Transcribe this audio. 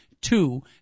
two